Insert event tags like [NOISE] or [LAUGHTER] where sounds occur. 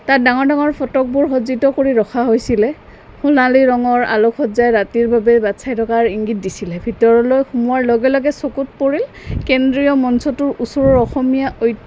তাত ডাঙৰ ডাঙৰ ফটোবোৰ সজ্জিত কৰি ৰখা হৈছিলে সোণালী ৰঙৰ আলোকসজ্জাই ৰাতিৰ বাবে বাটছাই থকাৰ ইংগিত দিছিলে ভিতৰলৈ সোমোৱাৰ লগে লগে চকুত পৰিল কেন্দ্ৰীয় মঞ্চটোৰ ওচৰৰ অসমীয়া [UNINTELLIGIBLE]